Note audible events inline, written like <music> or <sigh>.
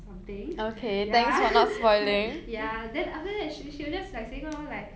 something ya <noise> ya then after that she she was just like saying lor like